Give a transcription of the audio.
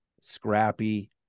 scrappy